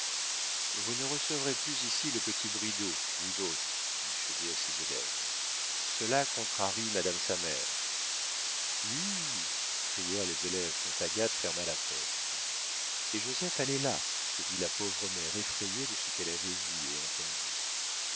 vous ne recevrez plus ici le petit bridau vous autres dit chaudet à ses élèves cela contrarie madame sa mère hue crièrent les élèves quand agathe ferma la porte et joseph allait là se dit la pauvre mère effrayée de ce qu'elle avait vu et entendu